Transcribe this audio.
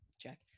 Jack